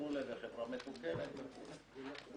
חברה מתוקנת וכולי.